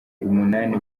umunani